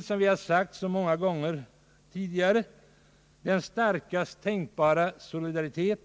Som vi erfarit många gånger tidigare, råder starkaste tänkbara solidaritet